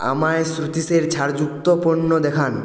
আমায় শ্রুতিসের ছাড় যুক্ত পণ্য দেখান